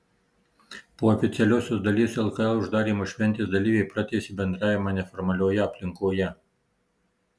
po oficialiosios dalies lkl uždarymo šventės dalyviai pratęsė bendravimą neformalioje aplinkoje